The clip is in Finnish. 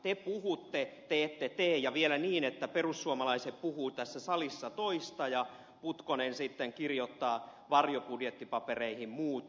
te puhutte te ette tee ja vielä niin että perussuomalaiset puhuvat tässä salissa toista ja putkonen sitten kirjoittaa varjobudjettipapereihin muuta